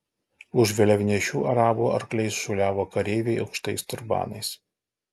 už vėliavnešių arabų arkliais šuoliavo kareiviai aukštais turbanais